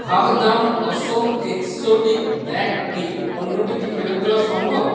ভাদম Assam exotic black tea পণ্যটি কি ফেরত দেওয়া সম্ভব